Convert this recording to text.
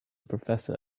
professor